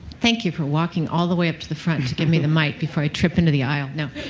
thank you for walking all the way up to the front to give me the mic before i trip into the aisle.